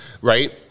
right